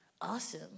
awesome